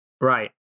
Right